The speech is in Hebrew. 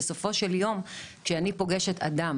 בסופו של יום, כשאני פוגשת אדם